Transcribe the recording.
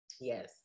Yes